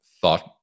thought